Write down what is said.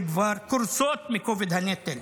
שכבר קורסות מכובד הנטל.